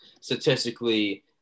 statistically